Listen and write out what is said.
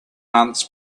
months